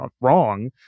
wrong